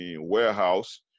warehouse